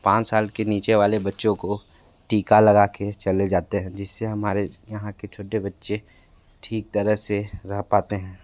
पाँच साल के नीचे वाले बच्चों को टीका लगा के चले जाते हैं जिससे हमारे यहाँ के छोटे बच्चे ठीक तरह से रह पाते हैं